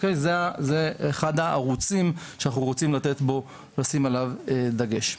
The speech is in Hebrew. זה אחד הערוצים שאנחנו רוצים לשים עליו דגש.